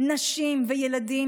נשים וילדים,